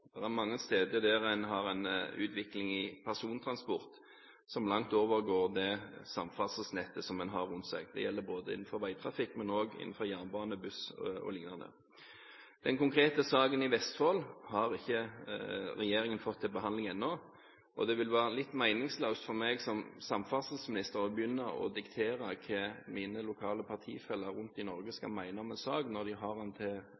er mange steder en har en utvikling i persontransport som langt overgår det samferdselsnettet en har rundt seg. Det gjelder innenfor veitrafikken med buss o.l., men også innenfor jernbanen Den konkrete saken i Vestfold har ikke regjeringen fått til behandling ennå. Det vil være meningsløst for meg som samferdselsminister å begynne å diktere hva mine lokale partifeller rundt i Norge skal mene om en sak når de har den til